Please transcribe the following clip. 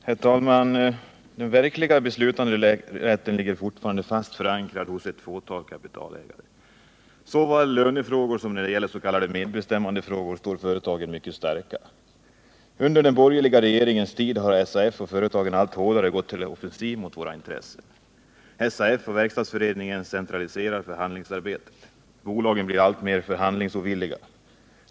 Herr talman! Den verkliga beslutanderätten ligger fortfarande fast förankrad hos ett fåtal kapitalägare. Såväl i lönefrågor som när det gäller s.k. medbestämmandefrågor står företagen mycket starka. Under den borgerliga regeringens tid har SAF och företagen allt hårdare gått till offensiv mot våra intressen. SAF och Verkstadsföreningen centraliserar förhandlingsarbetet. Bolagen blir alltmer förhandlingsovilliga.